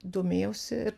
domėjausi ir